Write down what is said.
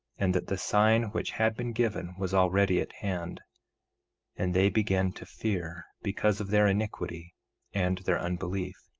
and that the sign which had been given was already at hand and they began to fear because of their iniquity and their unbelief.